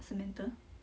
samantha